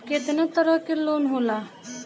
केतना तरह के लोन होला?